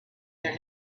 their